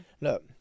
look